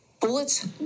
bullets